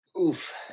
Oof